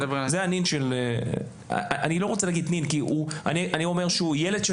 אני לא רוצה להגיד נין, כי הוא ילד של